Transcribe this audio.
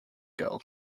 girl